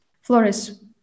Flores